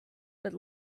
but